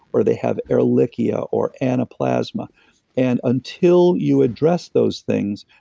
or they have ehrlichia, or anaplasma and, until you address those things,